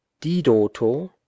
didoto